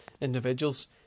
individuals